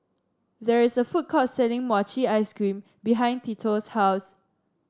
there is a food court selling Mochi Ice Cream behind Tito's house